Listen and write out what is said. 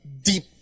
deep